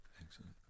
Excellent